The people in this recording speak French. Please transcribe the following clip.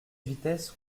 vitesse